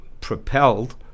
propelled